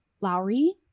Lowry